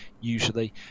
usually